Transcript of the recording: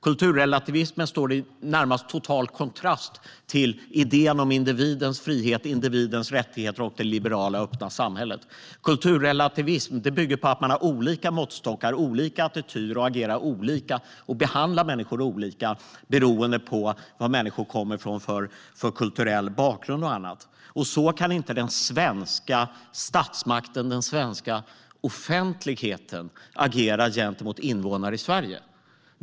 Kulturrelativismen står i närmast total kontrast till idén om individens frihet, individens rättigheter och det liberala öppna samhället och bygger på att man har olika måttstockar, olika attityder, agerar olika och behandlar människor olika beroende på vad människor kommer ifrån för kulturell bakgrund och annat. Så kan inte den svenska statsmakten, den svenska offentligheten, agera gentemot invånare i Sverige.